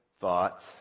thoughts